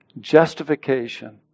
Justification